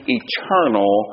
eternal